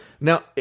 Now